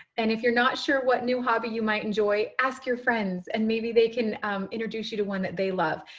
and if you're not sure what new hobby you might enjoy. ask your friends and maybe they can introduce you to one that they love.